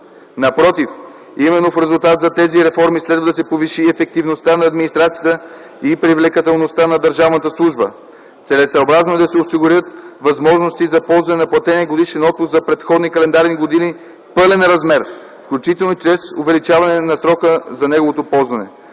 Напротив, именно в резултат на тези реформи следва да се повиши ефективността на администрацията и привлекателността на държавната служба. Целесъобразно е да се осигурят възможности за ползване на платения годишен отпуск за предходни календарни години в пълен размер, включително и чрез увеличаване на срока за неговото ползване.